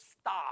stop